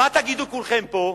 מה תגידו כולכם פה?